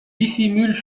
dissimule